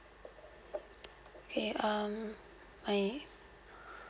okay um I